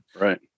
right